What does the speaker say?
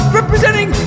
representing